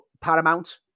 Paramount